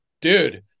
dude